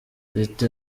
leta